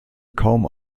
kaum